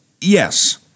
Yes